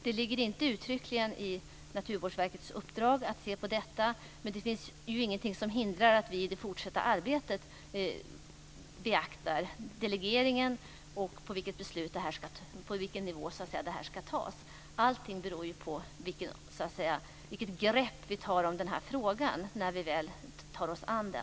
Det ligger inte uttryckligen i Naturvårdsverkets uppdrag att se på detta, men det finns ingenting som hindrar att vi i det fortsatta arbetet beaktar frågan om delegering och på vilken nivå beslut ska tas. Allting beror på vilket grepp vi tar på denna fråga när vi väl tar oss an den.